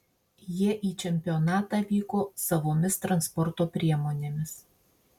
jie į čempionatą vyko savomis transporto priemonėmis